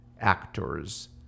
actors